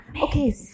okay